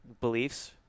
beliefs